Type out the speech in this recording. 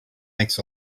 makes